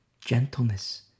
gentleness